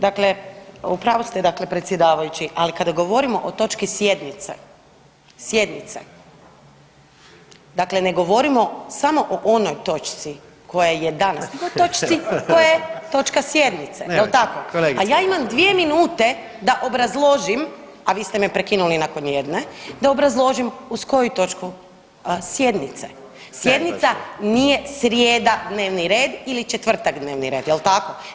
Dakle, u pravu ste dakle predsjedavajući, ali kada govorimo o točki sjednice, sjednice dakle ne govorimo samo o onoj točci koja je danas nego o točci koja je točka sjednice, jel tako? [[Upadica: Nemojte kolegice.]] A ja imam 2 minute da obrazložim, a vi ste me prekinuli nakon jedne da obrazložim uz koju točku sjednice, sjednica nije srijeda dnevni red ili četvrtak dnevni red jel tako.